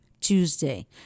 Tuesday